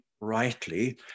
rightly